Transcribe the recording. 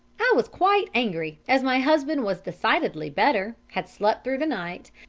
i was quite angry, as my husband was decidedly better, had slept through the night,